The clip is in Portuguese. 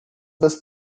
das